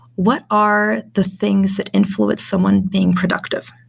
what are the things that influenced someone being productive?